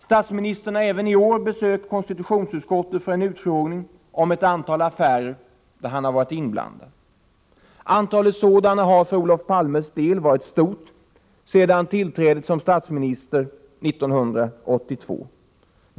Statsministern har även i år besökt konstitutionsutskottet för en utfrågning om ett antal affärer där han varit inblandad. Antalet sådana har för Olof Palmes del varit stort sedan tillträdet som statsminister 1982.